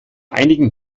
einigen